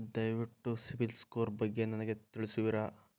ದಯವಿಟ್ಟು CIBIL score ಬಗ್ಗೆ ನನಗೆ ತಿಳಿಸುವಿರಾ?